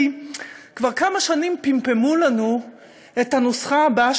כי כבר כמה שנים פמפמו לנו את הנוסחה הבאה,